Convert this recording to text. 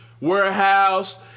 warehouse